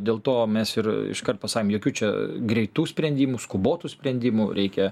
dėl to mes ir iš kart pasakėm jokių čia greitų sprendimų skubotų sprendimų reikia